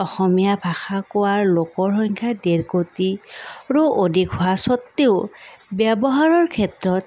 অসমীয়া ভাষা কোৱা লোকৰ সংখ্যা ডেৰ কুটিৰো অধিক হোৱা স্বত্বেও ব্যৱহাৰৰ ক্ষেত্ৰত